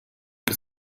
que